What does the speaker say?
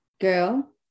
girl